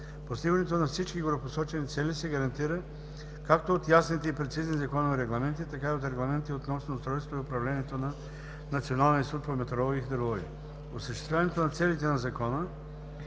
Постигането на всички горепосочени цели се гарантира както от ясните и прецизни законови регламенти, така и от регламентите относно устройството и управлението на Националния институт по метеорология и хидрология. Осъществяването на целите на Закона